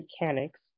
mechanics